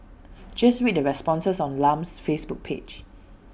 just read the responses on Lam's Facebook page